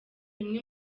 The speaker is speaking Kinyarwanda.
bimwe